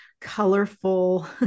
colorful